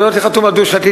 תהיה חתום על דו-שנתי,